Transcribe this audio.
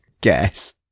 guess